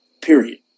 period